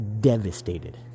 devastated